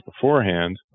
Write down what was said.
beforehand